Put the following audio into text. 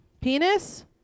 Penis